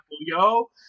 yo